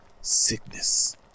sickness